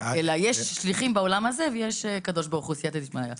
אלא יש שליחים בעולם הזה ויש קדוש ברוך הוא סיעתא דשמיא,